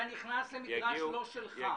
אתה נכנס למגרש לא שלך.